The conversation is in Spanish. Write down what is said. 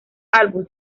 álbum